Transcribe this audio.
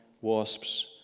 wasps